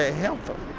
ah helpful.